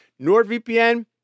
NordVPN